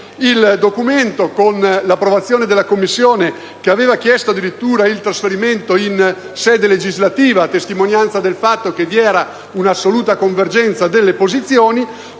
Il documento, con l'approvazione della Commissione (che aveva chiesto addirittura il trasferimento in sede legislativa, a testimonianza del fatto che vi era un'assoluta convergenza delle posizioni),